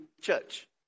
church